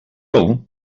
all